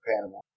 Panama